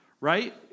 Right